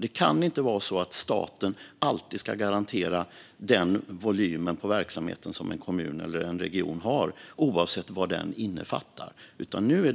Det kan inte vara så att staten alltid ska garantera den volym på verksamheten som en kommun eller en region har, oavsett vad den innefattar. Nu